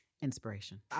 Inspiration